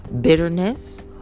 bitterness